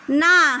না